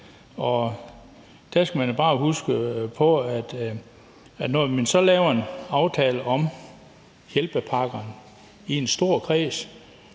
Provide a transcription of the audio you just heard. Der skal man jo bare huske på, at når man så laver en aftale om hjælpepakker i en stor kreds,